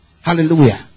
Hallelujah